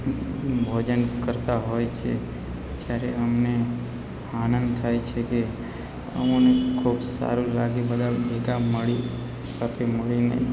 ભોજન કરતાં હોય છે જ્યારે અમને આનંદ થાય છે કે અમોને ખૂબ સારું લાગે બધા ભેગા મળી સાથે મળીને